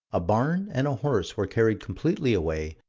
a barn and a horse were carried completely away,